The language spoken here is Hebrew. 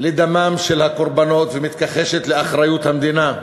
לדמם של הקורבנות ומתכחשת לאחריות המדינה.